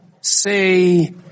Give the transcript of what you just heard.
say